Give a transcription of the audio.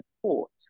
support